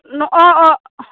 न अह अह